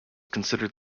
considered